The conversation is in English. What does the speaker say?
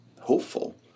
hopeful